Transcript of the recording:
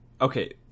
Okay